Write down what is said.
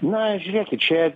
na žiūrėkit čia